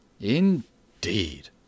Indeed